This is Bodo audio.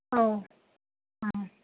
औ औ